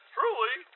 Truly